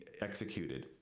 executed